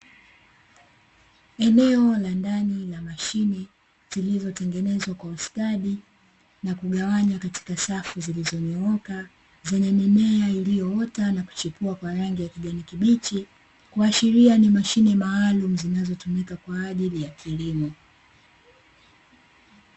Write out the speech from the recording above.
Eneo la ndani la mashine, zilizotengenezwa kwa wastani na kugawanywa katika safu zilizonyooka, zenye mimea iliyoota na kuchipua kwa rangi ya kijani kibichi, kuashiria ni mashine maalumu zinazotumika kwa ajili ya kilimo.